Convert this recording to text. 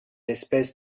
espèce